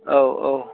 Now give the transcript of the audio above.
औ औ